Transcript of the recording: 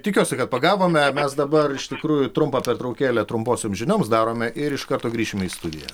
tikiuosi kad pagavome mes dabar iš tikrųjų trumpą pertraukėlę trumpomsioms žinioms darome ir iš karto grįšime į studiją